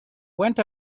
went